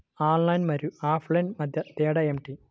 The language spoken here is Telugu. ఆన్లైన్ మరియు ఆఫ్లైన్ మధ్య తేడా ఏమిటీ?